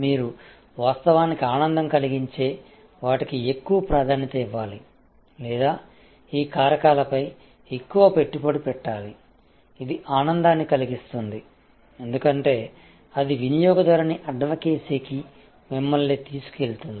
మీరు వాస్తవానికి ఆనందం కలిగించే వాటికి ఎక్కువ ప్రాధాన్యతనివ్వాలి లేదా ఈ కారకాలపై ఎక్కువ పెట్టుబడి పెట్టాలి ఇది ఆనందాన్ని కలిగిస్తుంది ఎందుకంటే అది వినియోగదారుని అడ్వొకెసీకి మిమ్మల్ని తీసుకెళ్తుంది